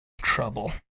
trouble